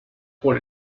por